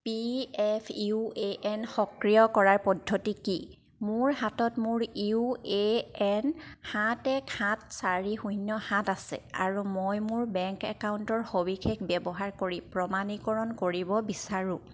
P F U A N সক্ৰিয় কৰাৰ পদ্ধতি কি মোৰ হাতত মোৰ ইউ এ এন সাত এক সাত চাৰি শূন্য সাত আছে আৰু মই মোৰ বেংক একাউণ্টৰ সবিশেষ ব্যৱহাৰ কৰি প্ৰমাণীকৰণ কৰিব বিচাৰো